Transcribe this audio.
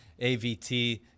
AVT